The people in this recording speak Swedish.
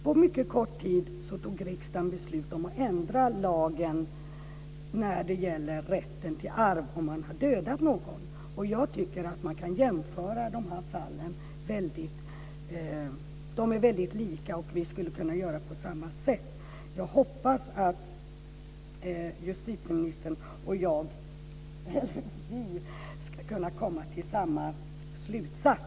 På mycket kort tid fattade riksdagen beslut om att ändra lagen när det gäller rätten till arv om man har dödat någon. Jag tycker att man kan jämföra de här fallen. De är lika. Vi skulle kunna göra på samma sätt. Jag hoppas att justitieministern och jag ska kunna komma till samma slutsats.